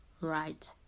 right